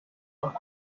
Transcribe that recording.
coros